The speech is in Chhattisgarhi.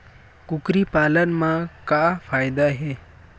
कुकरी पालन म का फ़ायदा हे?